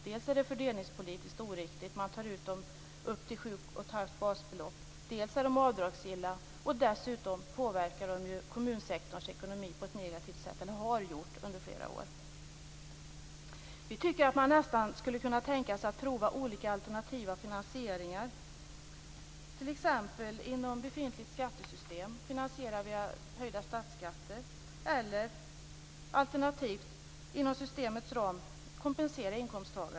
Dels är det fördelningspolitiskt oriktigt eftersom man tar ut dem upp till 7 1⁄2 basbelopp, dels är de avdragsgilla och dels har de under flera år påverkat kommunsektorns ekonomi på ett negativt sätt.